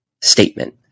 statement